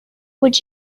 would